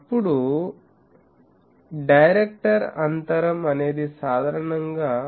అప్పుడు డైరెక్టర్ అంతరం అనేది సాధారణంగా 0